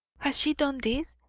has she done this?